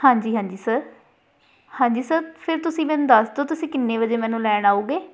ਹਾਂਜੀ ਹਾਂਜੀ ਸਰ ਹਾਂਜੀ ਸਰ ਫ਼ਿਰ ਤੁਸੀਂ ਮੈਨੂੰ ਦੱਸ ਦਿਓ ਤੁਸੀਂ ਕਿੰਨੇ ਵਜੇ ਮੈਨੂੰ ਲੈਣ ਆਓਗੇ